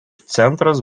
centras